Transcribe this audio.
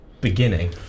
beginning